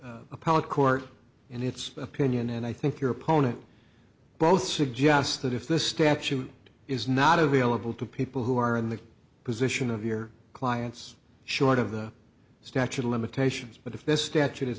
appellate court and its opinion and i think your opponent both suggest that if the statute is not available to people who are in the position of your clients short of the statute of limitations but if this statute is